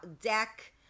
deck